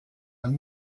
man